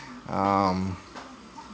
um